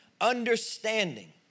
understanding